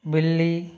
बिल्ली